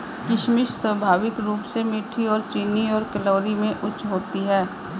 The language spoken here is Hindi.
किशमिश स्वाभाविक रूप से मीठी और चीनी और कैलोरी में उच्च होती है